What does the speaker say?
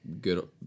good